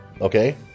Okay